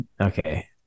Okay